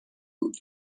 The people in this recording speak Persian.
بود